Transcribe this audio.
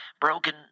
broken